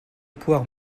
poires